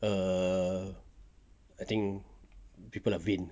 err I think people are vain